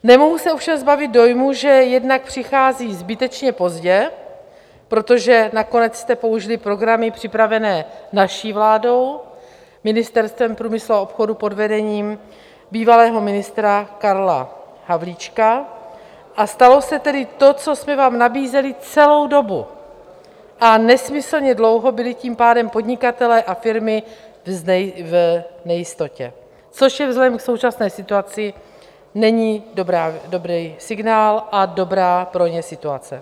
Nemohu se ovšem zbavit dojmu, že jednak přichází zbytečně pozdě, protože nakonec jste použili programy připravené naší vládou, Ministerstvem průmyslu a obchodu pod vedením bývalého ministra Karla Havlíčka, a stalo se tedy to, co jsme vám nabízeli celou dobu, a nesmyslně dlouho byli tím pádem podnikatelé a firmy v nejistotě, což vzhledem k současné situaci není dobrý signál a dobrá pro ně situace.